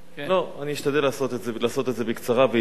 לא, אני אשתדל לעשות את זה בקצרה, ענייני.